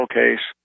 case